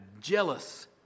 jealous